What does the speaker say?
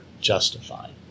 justified